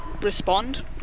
respond